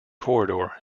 corridor